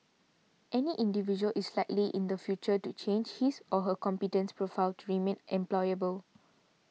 any individual is likely in the future to change his or her competence profile remain employable